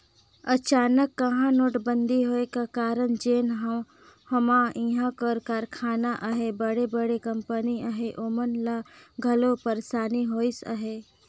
अनचकहा नोटबंदी होए का कारन जेन हमा इहां कर कारखाना अहें बड़े बड़े कंपनी अहें ओमन ल घलो पइरसानी होइस अहे